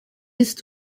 ist